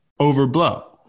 Overblow